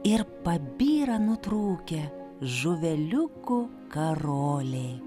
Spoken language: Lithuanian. ir pabyra nutrūkę žuveliukų karoliai